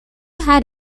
had